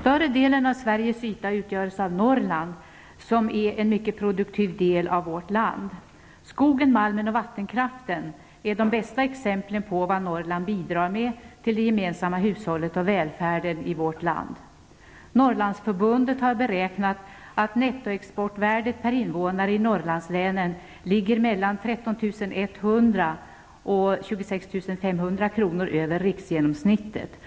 Större delen av Sveriges yta utgörs av Norrland, som är en mycket produktiv del av vårt land. Skogen, malmen och vattenkraften är de bästa exemplen på vad Norrland bidrar med till det gemensamma hushållet och välfärden i vårt land. Norrlandsförbundet har beräknat att nettoexportvärdet per invånare i Norrlandslänen ligger 13 100--26 500 kr. över riksgenomsnittet.